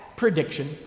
Prediction